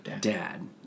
dad